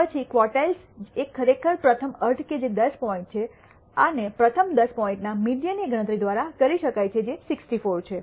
પછી ક્વોર્ટિલ્સ એક ખરેખર પ્રથમ અર્ધ કે જે 10 પોઇન્ટ છે અને પ્રથમ 10 પોઇન્ટ્સના મીડીઅન ની ગણતરી દ્વારા કરી શકાય છે જે 64 છે